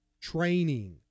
training